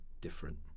different